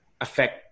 affect